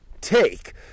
take